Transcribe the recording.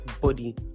body